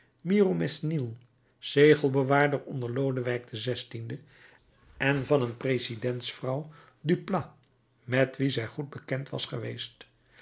miromesnil zegelbewaarder onder lodewijk xvi en van een presidentsvrouw duplat met wie zij goed bekend was geweest